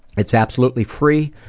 it's absolutely free.